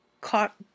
caught